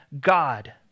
God